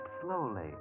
slowly